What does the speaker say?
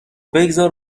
بگذار